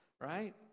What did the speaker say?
right